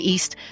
East